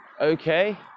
okay